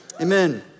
Amen